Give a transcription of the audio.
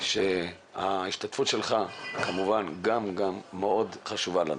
שההשתתפות שלך גם מאוד חשובה לנו.